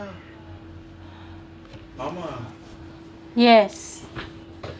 yes